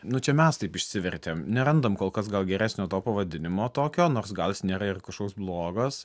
nu čia mes taip išsivertėm nerandam kol kas gal geresnio to pavadinimo tokio nors gal jis nėra ir kažkoks blogas